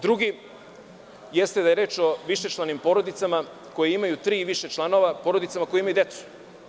Drugi jeste da je reč o višečlanim porodicama koje imaju tri i više članova, porodicama koje imaju decu.